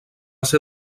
ser